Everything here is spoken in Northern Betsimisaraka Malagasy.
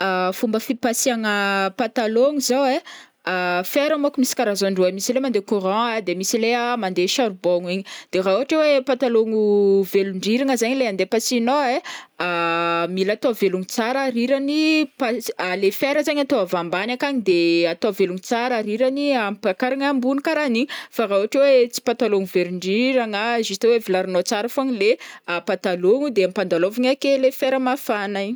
Fomba fipasiagna patalôgno zao ai fera môko misy karazany roa, misy le mandeha courant de misy le mandeha charbon igny de raha ohatra hoe patalôgno velondriragna zaigny le andeha pasihinao ai mila atao velogno tsara rirany pal- ts le fera zegny atao avy ambany akany de atao velogno tsara rirany ampakarigna ambony karahan'igny fa raha ohatra hoe tsy patalôgno velondriragna juste hoe velarinao tsara fogna le patalôgno de ampadalovigna ake le fera mafana igny.